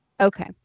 Okay